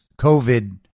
COVID